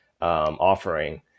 offering